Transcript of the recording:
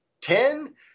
ten